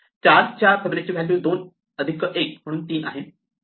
4 च्या Fibonacci value 2 अधिक 1 म्हणून 3 आहे